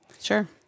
Sure